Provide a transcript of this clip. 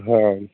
ਹਾਂ